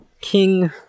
king